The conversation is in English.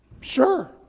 Sure